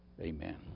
amen